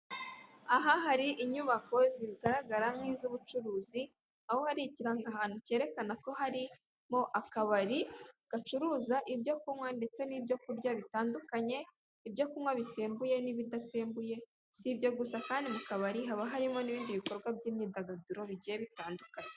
Aha hari inyubako zigaragara nk'iz'ubucuruzi, aho hari ikirangahantu cyerekana ko harimo akabari, gacuruza ibyo kunywa ndetse n'ibyo kurya bitandukanye, ibyo kunywa bisembuye n'ibidasembuye, si ibyo gusa kandi mu kabari haba harimo n'ibindi bikorwa by'imyidagaduro bigiye bitandukanye.